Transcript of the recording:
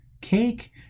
Cake